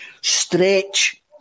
stretch